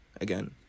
again